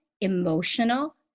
emotional